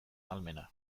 ahalmena